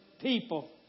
people